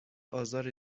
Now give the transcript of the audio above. آزار